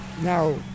Now